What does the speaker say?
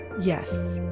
yes.